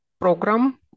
program